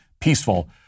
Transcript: peaceful